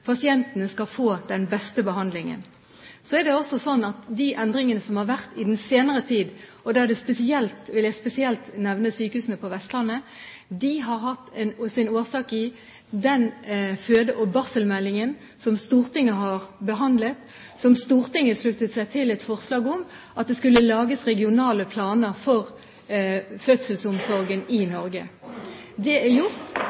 skal få den beste behandlingen. Så er det også sånn at endringene i den senere tid – da vil jeg spesielt nevne sykehusene på Vestlandet – har hatt sin årsak i den fødsels- og barselmeldingen som Stortinget har behandlet, og Stortinget sluttet seg til et forslag om at det skulle lages regionale planer for fødselsomsorgen i Norge. Det er gjort.